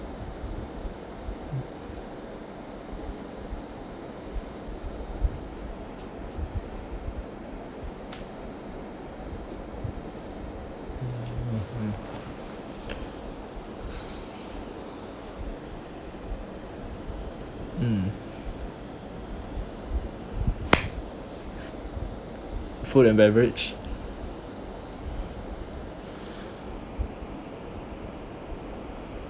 mm mm food and beverage